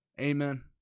Amen